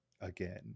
again